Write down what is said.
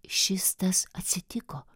šis tas atsitiko